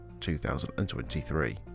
2023